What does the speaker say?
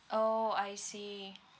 orh I see